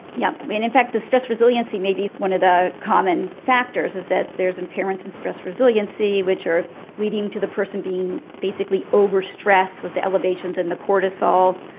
yeah and in fact the stress resiliency may be one of the common factors, is that there is impairments in stress resiliency which are leading to the person being basically overstressed with the elevations in the cortisol.